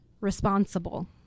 responsible